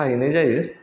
खाहैनाय जायो